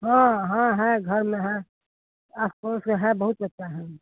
हाँ हाँ हैं घर में हैं आस पड़ोस के हैं बहुत बच्चा हैं